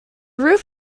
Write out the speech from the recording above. roof